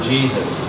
Jesus